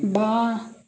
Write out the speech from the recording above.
वाह